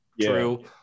True